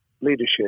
leadership